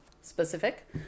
specific